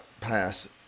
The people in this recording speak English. pass